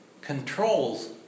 controls